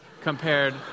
compared